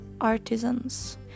artisans